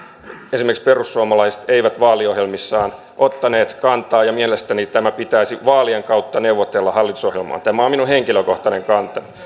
esimerkiksi perussuomalaiset ei vaaliohjelmassaan ottanut kantaa ja mielestäni tämä pitäisi vaalien kautta neuvotella hallitusohjelmaan tämä on minun henkilökohtainen kantani